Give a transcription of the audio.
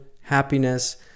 happiness